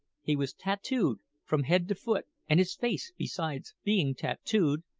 he was tattooed from head to foot and his face, besides being tattooed,